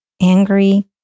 angry